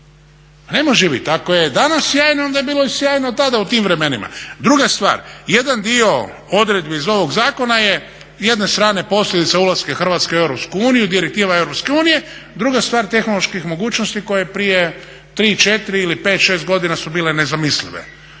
ne može bit, ako je danas sjajno onda je bilo sjajno tada u tim vremenima. Druga stvar, jedan dio odredbi iz ovog zakona je s jedne strane posljedica ulaska Hrvatske u EU i direktiva EU, druga stvar tehnoloških mogućnosti koje prije tri, četiri ili pet, šest godina su bile nezamislive,